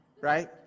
right